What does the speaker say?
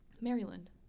Maryland